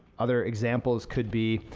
other examples could be